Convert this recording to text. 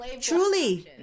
Truly